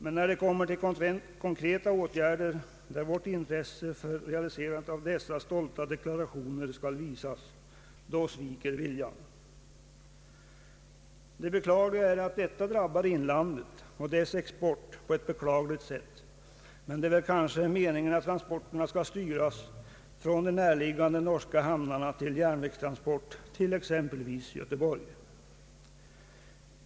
Men när det kommer till konkreta åtgärder, där vårt intresse för realiserandet av dessa stolta deklarationer skall visas, sviker viljan. Det tråkiga är att detta drabbar inlandet och dess export på ett beklagligt sätt. Men det är kanske meningen att transporterna skall styras från de närliggande norska hamnarna till exempelvis Göteborg.